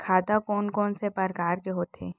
खाता कोन कोन से परकार के होथे?